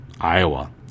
Iowa